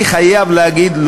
אני חייב להגיד,